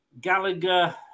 Gallagher